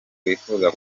wifuza